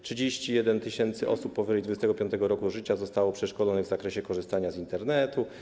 31 tys. osób powyżej 25. życia zostało przeszkolonych w zakresie korzystania z Internetu.